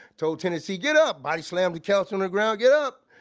told tennessee, get up! but i slammed the couch on the ground, get up!